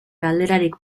galderarik